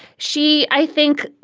she, i think,